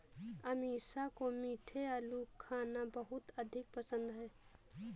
अमीषा को मीठे आलू खाना बहुत अधिक पसंद है